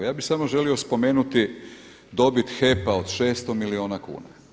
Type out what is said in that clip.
Ja bih samo želio spomenuti dobit HDP-a od 600 milijuna kuna.